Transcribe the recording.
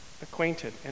Acquainted